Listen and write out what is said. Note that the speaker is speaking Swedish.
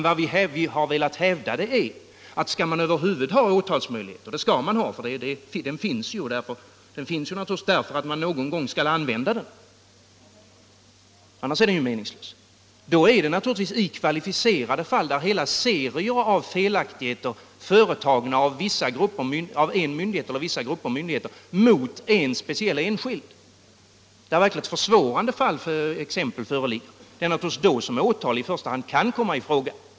Vad vi hävdar är att skall man över huvud taget begagna åtalsmöjligheterna — och möjligheterna finns naturligtvis för att man någon gång skall använda dem, annars vore det meningslöst att ha dem — skall det vara i de fall där hela serier av felaktigheter begåtts av en myndighet eller en grupp myndigheter mot en speciell enskild, alltså i verkligt försvårande fall. Då kan åtal komma i fråga.